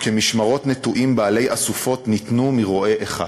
וכמשמרות נטועים בעלי אסֻפות נִתנו מרֹעה אחד".